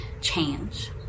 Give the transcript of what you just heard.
change